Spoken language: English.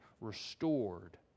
restored